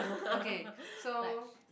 okay so